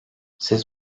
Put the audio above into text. siz